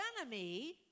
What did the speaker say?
enemy